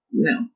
no